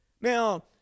Now